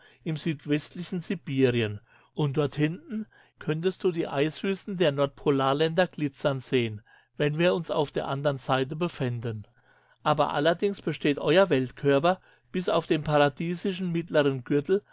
im südwestlichen sibirien und dort hinten in weiter ferne könntest du die eiswüsten der nordpolarländer glitzern sehen wenn wir uns auf der andern seite befänden aber allerdings besteht euer weltkörper bis auf den paradiesischen mittleren gürtel